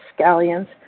scallions